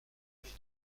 avait